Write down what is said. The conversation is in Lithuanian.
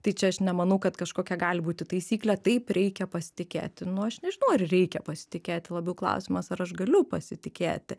tai čia aš nemanau kad kažkokia gali būti taisyklė taip reikia pasitikėti nu aš nežinau ar reikia pasitikėti labiau klausimas ar aš galiu pasitikėti